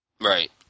Right